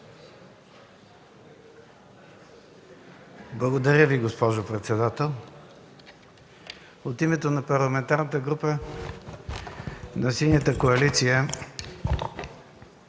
Благодаря Ви, госпожо председател. От името на Парламентарната група на Синята коалиция